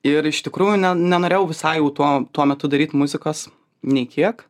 ir iš tikrųjų ne nenorėjau visai jau tuo tuo metu daryt muzikos nei kiek